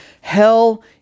hell